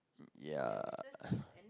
yeah